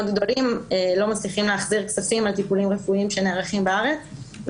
גדולים ולא מצליחים להחזיר כספים בגין הטיפולים הרפואיים שנערכים בארץ.